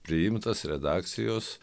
priimtas redakcijos